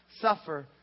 suffer